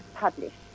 published